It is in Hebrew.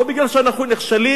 לא כי אנחנו נחשלים,